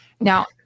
Now